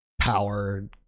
power